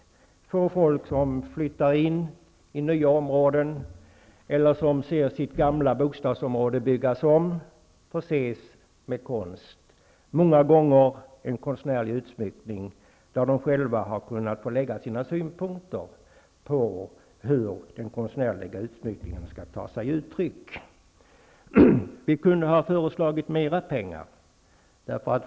Det är fråga om att förse nya bostadsområden, eller gamla som skall byggas om, med konst. Många gånger har de boende själva fått lägga fram sina synpunkter på hur utsmyckningen skall ta sig uttryck. Vi kunde ha föreslagit mera pengar.